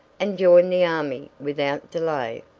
and join the army without delay.